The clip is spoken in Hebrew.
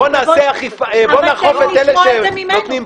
בוא נאכוף את אלה שנותנים פורנו.